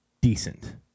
decent